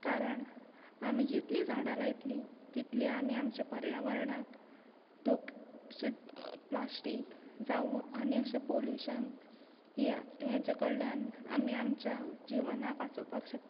कारण आमी जितली झाडां लायतली तितली आमी आमच्या पर्यावरणाक धो अशें प्लास्टीक जावं आनी अशें पोल्युशन ही हाजे कडल्यान आमी आमच्या जिवनाक वाचोवपाक शकता